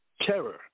terror